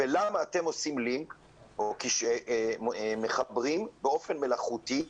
ולמה אתם עושים לינק או מחברים באופן מלאכותי,